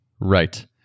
right